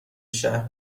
شهر